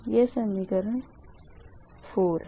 यह समीकरण 4 है